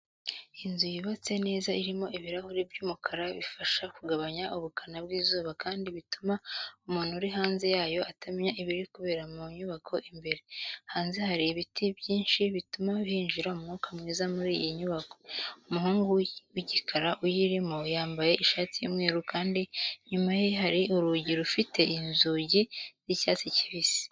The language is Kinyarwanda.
Inzu yubatse neza irimo ibirahure by'umukara bifasha kugabanya ubukana bw'izuba kandi bituma umuntu uri hanze yayo atamenya ibiri kubera mu nyubako imbere. Hanze hari ibiti byinshi bituma hinjira umwuka mwiza muri iyi nyubako. Umuhungu w'igikara uyirimo yambaye ishati y'umweru kandi inyuma ye hari urugi rufite inzugi z'icyatsi kibisi.